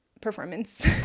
performance